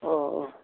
अ अ